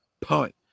punt